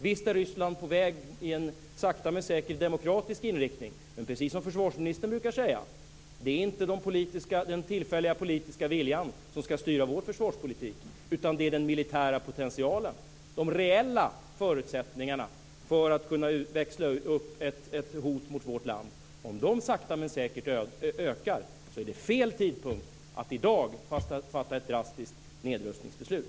Visst är Ryssland sakta men säkert på väg i demokratiskt riktning, men precis som försvarsministern brukar säga är det inte den tillfälliga politiska viljan som ska styra vår försvarspolitik. Det är den militära potentialen som ska göra det. Om de reella förutsättningarna för att kunna växla upp ett hot mot vårt land sakta men säkert ökar, är det fel tidpunkt att i dag fatta ett drastiskt nedrustningsbeslut.